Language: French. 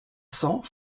cents